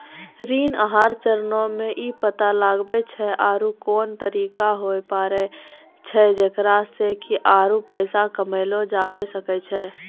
ऋण आहार चरणो मे इ पता लगाबै छै आरु कोन तरिका होय पाड़ै छै जेकरा से कि आरु पैसा कमयलो जाबै सकै छै